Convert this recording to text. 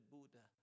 Buddha